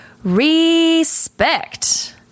RESPECT